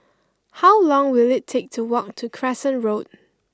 how long will it take to walk to Crescent Road